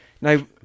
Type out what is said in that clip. Now